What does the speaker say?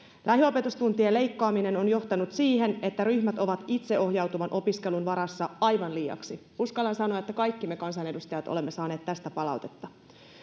lähiopetustuntien leikkaaminen on johtanut siihen että ryhmät ovat itseohjautuvan opiskelun varassa aivan liiaksi uskallan sanoa että kaikki me kansanedustajat olemme saaneet tästä palautetta